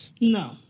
No